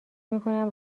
میکنم